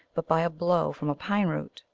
but by a blow from a pine-root,